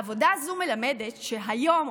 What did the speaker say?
העבודה הזו מלמדת שהיום,